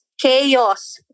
chaos